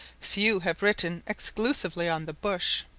few have written exclusively on the bush.